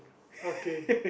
okay